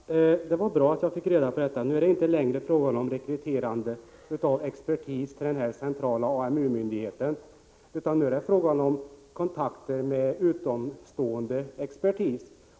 Herr talman! Det var bra att jag fick reda på detta. Nu är det inte längre fråga om rekryterande av expertis till den centrala AMU-myndigheten, utan nu gäller det kontakter med utomstående expertis.